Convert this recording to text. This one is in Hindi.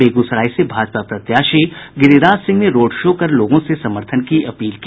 बेगूसराय से भाजपा प्रत्याशी गिरिराज सिंह ने रोड शो कर लोगों से समर्थन की अपील की